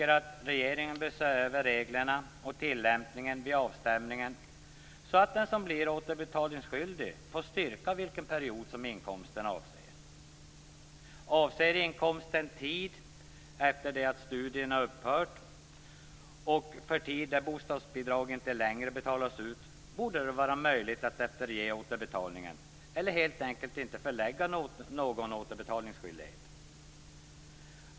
Regeringen bör se över reglerna och tillämpningen vid avstämningen så att den som blir återbetalningsskyldig får styrka vilken period som inkomsten avser. Avser inkomsten tid efter det att studierna upphört och för tid där bostadsbidraget inte längre betalas ut borde det vara möjligt av efterge återbetalningen eller helt enkel inte förelägga någon återbetalningsskyldighet.